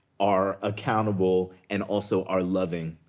are accountable, and also are loving,